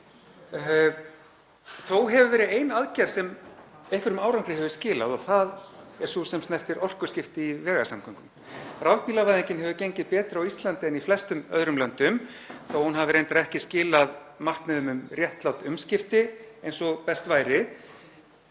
Þó hefur verið ein aðgerð sem einhverjum árangri hefur skilað og það er sú sem snertir orkuskipti í vegasamgöngum. Rafbílavæðingin hefur gengið betur á Íslandi en í flestum öðrum löndum þó að hún hafi reyndar ekki skilað markmiðum um réttlát umskipti eins og best væri